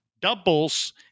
doubles